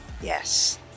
Yes